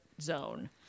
zone